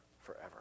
forever